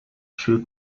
true